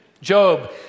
Job